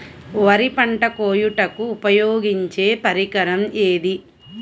వరి పంట కోయుటకు ఉపయోగించే పరికరం ఏది?